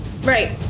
Right